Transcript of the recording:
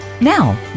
Now